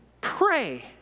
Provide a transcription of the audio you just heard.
pray